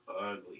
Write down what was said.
ugly